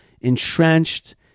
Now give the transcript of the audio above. entrenched